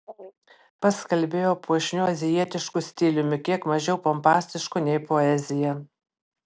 pats kalbėjo puošniu azijietišku stiliumi kiek mažiau pompastišku nei poezija